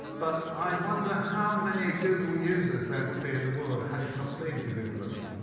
but i wonder how many google users there would be in the world had it not been for google earth.